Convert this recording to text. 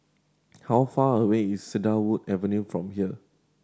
how far away is Cedarwood Avenue from here